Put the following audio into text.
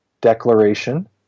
declaration